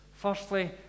firstly